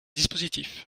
dispositif